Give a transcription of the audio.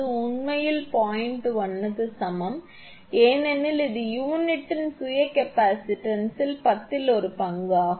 1 க்கு சமம் ஏனெனில் இது யூனிட்டின் சுய கெப்பாசிட்டன்ஸ் ன் பத்தில் ஒரு பங்கு ஆகும்